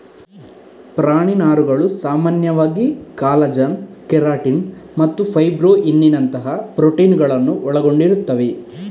ಪ್ರಾಣಿ ನಾರುಗಳು ಸಾಮಾನ್ಯವಾಗಿ ಕಾಲಜನ್, ಕೆರಾಟಿನ್ ಮತ್ತು ಫೈಬ್ರೊಯಿನ್ನಿನಂತಹ ಪ್ರೋಟೀನುಗಳನ್ನು ಒಳಗೊಂಡಿರುತ್ತವೆ